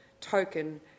token